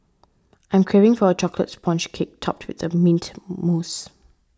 I am craving for a Chocolate Sponge Cake Topped with Mint Mousse